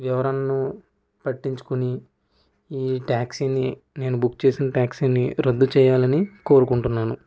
వివరణను పట్టించుకుని ఈ ట్యాక్సీని నేను బుక్ చేసిన ట్యాక్సీని రద్దు చేయాలని కోరుకుంటున్నాను